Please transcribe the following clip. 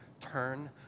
turn